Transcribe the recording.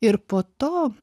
ir po to